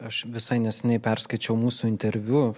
aš visai neseniai perskaičiau mūsų interviu